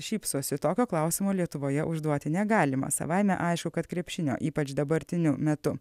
šypsosi tokio klausimo lietuvoje užduoti negalima savaime aišku kad krepšinio ypač dabartiniu metu